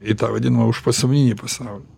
į tą vadinamą užpasaulinį pasaulį